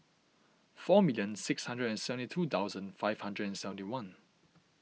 four million six hundred and seventy two thousand five hundred and seventy one